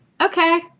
okay